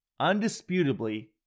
undisputably